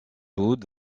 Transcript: wood